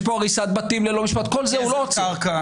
יש פה הריסת בתים ללא משפט כל זה הוא לא עוצר -- גזל קרקע.